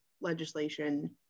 legislation